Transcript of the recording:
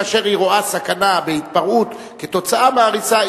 כאשר היא רואה סכנה בהתפרעות כתוצאה מהריסה,